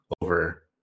over